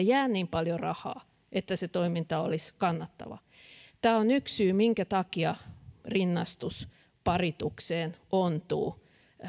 jää niin paljon rahaa että se toiminta olisi kannattavaa tämä on yksi syy minkä takia rinnastus paritukseen ontuu